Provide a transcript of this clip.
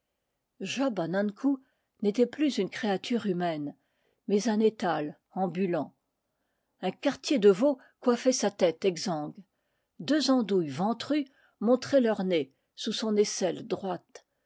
an ankou n'était plus une créature humaine mais un étal ambulant un quartier de veau coiffait sa tête exsangue deux andouilles ventrues montraient leurs nez sous son aisselle droite